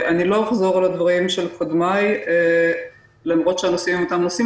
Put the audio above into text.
לא אחזור על דברי קודמיי למרות שהנושאים הם אותם נושאים,